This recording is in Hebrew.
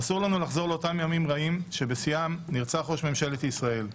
אסור לנו לחזור לאותם ימים רעים שבשיאם נרצח ראש ממשלת ישראל.